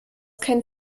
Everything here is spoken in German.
kein